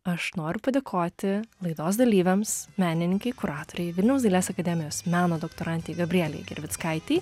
aš noriu padėkoti laidos dalyviams menininkei kuratorei vilniaus dailės akademijos meno doktorantei gabrielei gervickaitei